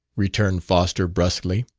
returned foster brusquely.